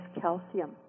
calcium